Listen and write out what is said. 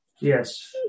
Yes